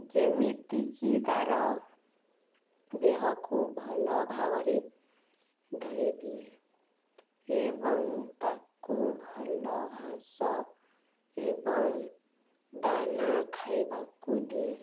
ଯେମିତିକି ତା'ର ଦେହକୁ ଭଲ ଭାବରେ ଧୋଇଦିଏ ଏବଂ ତା'କୁ ଭଲ ଘାସ ଏବଂ ଦାନା ଖାଇବାକୁ ଦିଏ